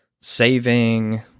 saving